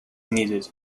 needed